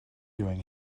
doing